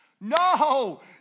No